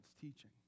teaching